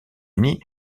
uni